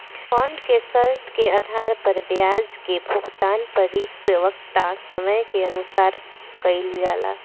bond के शर्त के आधार पर ब्याज के भुगतान परिपक्वता समय के अनुसार कईल जाला